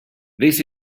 this